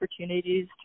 opportunities